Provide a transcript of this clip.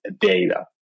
data